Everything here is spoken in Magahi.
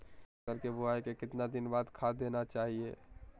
फसल के बोआई के कितना दिन बाद खाद देना चाइए?